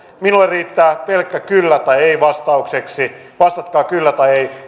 minulle riittää pelkkä kyllä tai ei vastaukseksi vastatkaa kyllä tai ei